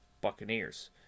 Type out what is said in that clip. buccaneers